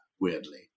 weirdly